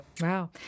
Wow